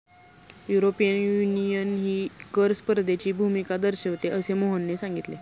European युनियनही कर स्पर्धेची भूमिका दर्शविते, असे मोहनने सांगितले